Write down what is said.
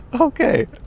Okay